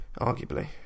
Arguably